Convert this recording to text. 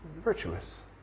virtuous